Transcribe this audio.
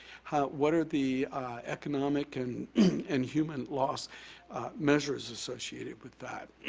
what are the economic and and human loss measures associated with that?